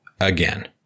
again